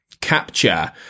capture